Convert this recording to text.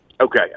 Okay